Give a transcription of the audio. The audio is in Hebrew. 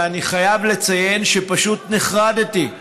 ואני חייב לציין שפשוט נחרדתי,